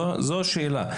זו השאלה.